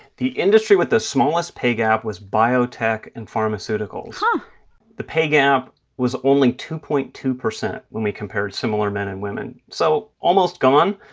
the industry with the smallest pay gap was biotech and pharmaceuticals. but the pay gap was only two point two zero when we compared similar men and women. so almost gone.